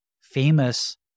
famous